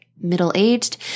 middle-aged